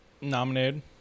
nominated